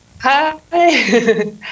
Hi